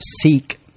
seek